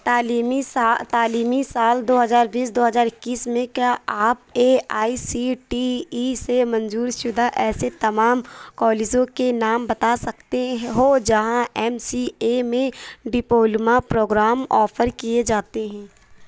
تعلیمی سا تعلیمی سال دو ہزار بیس دو ہزار اکیس میں کیا آپ A I C T E سے منظور شدہ ایسے تمام کالجوں کے نام بتا سکتے ہو جہاں ایم سی اے میں ڈپلومہ پروگرام آفر کیے جاتے ہیں